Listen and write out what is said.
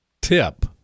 Tip